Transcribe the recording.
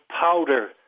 powder